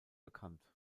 bekannt